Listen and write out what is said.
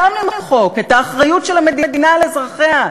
אותם למחוק: את האחריות של המדינה לאזרחיה,